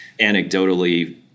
Anecdotally